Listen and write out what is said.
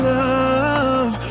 love